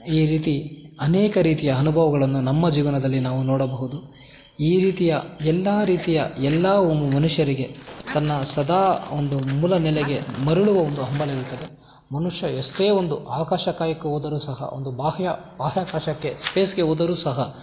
ಈ ರೀತಿ ಅನೇಕ ರೀತಿಯ ಅನುಭವಗಳನ್ನು ನಮ್ಮ ಜೀವನದಲ್ಲಿ ನಾವು ನೋಡಬಹುದು ಈ ರೀತಿಯ ಎಲ್ಲ ರೀತಿಯ ಎಲ್ಲ ಮು ಮನುಷ್ಯರಿಗೆ ತನ್ನ ಸದಾ ಒಂದು ಮೂಲ ನೆಲೆಗೆ ಮರುಳುವ ಒಂದು ಹಂಬಲವಿರುತ್ತದೆ ಮನುಷ್ಯ ಎಷ್ಟೇ ಒಂದು ಆಕಾಶಕಾಯಕ್ಕೆ ಹೋದರೂ ಸಹ ಒಂದು ಬಾಹ್ಯ ಬಾಹ್ಯಾಕಾಶಕ್ಕೆ ಸ್ಪೇಸ್ಗೆ ಹೋದರೂ ಸಹ